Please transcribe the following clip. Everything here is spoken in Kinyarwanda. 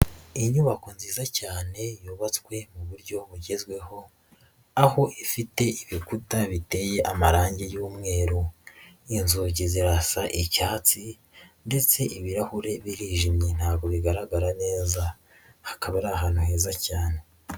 Inyubako nziza cyane yubatswe mu buryo bugezweho aho ifite ibikuta biteye amarangi y'umweru, inzugi zirasa icyatsi ndetse ibirahure birijimye ntabwo bigaragara neza, hakaba ari ahantu heza cyane.